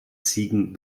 ziegen